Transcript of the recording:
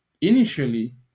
initially